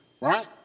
right